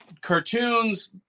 cartoons